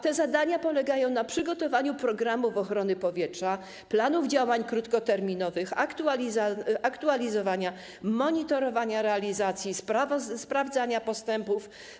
Te zadania polegają na przygotowaniu programów ochrony powietrza, planów działań krótkoterminowych, aktualizowaniu, monitorowaniu ich realizacji, sprawdzaniu postępów.